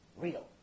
real